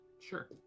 Sure